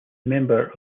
member